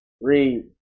Read